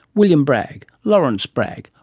william bragg, lawrence bragg,